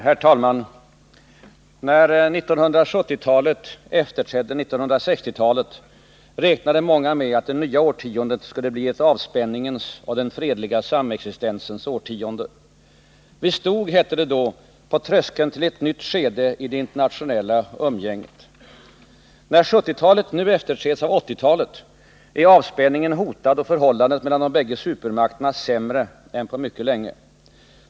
Herr talman! När 1970-talet efterträdde 1960-talet räknade många med att det nya årtiondet skulle bli ett avspänningens och den fredliga samexistensens årtionde. Vi stod — hette det då — på tröskeln till ett nytt skede i det internationella umgänget. När 1970-talet nu efterträds av 1980-talet är avspänningen hotad och förhållandet mellan de bägge supermakterna sämre än på mycket länge.